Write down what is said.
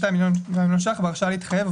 ₪ וההרשאה להתחייב,